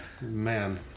Man